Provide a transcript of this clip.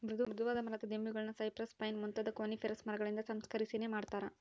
ಮೃದುವಾದ ಮರದ ದಿಮ್ಮಿಗುಳ್ನ ಸೈಪ್ರೆಸ್, ಪೈನ್ ಮುಂತಾದ ಕೋನಿಫೆರಸ್ ಮರಗಳಿಂದ ಸಂಸ್ಕರಿಸನೆ ಮಾಡತಾರ